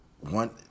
one